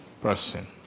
person